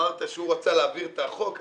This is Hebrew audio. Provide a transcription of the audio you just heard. אמרת שהוא רצה להעביר את החוק.